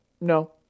No